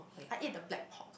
I eat the black pork